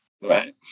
right